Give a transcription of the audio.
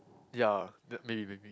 ya that maybe maybe